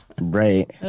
Right